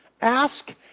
ask